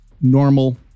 normal